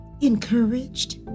encouraged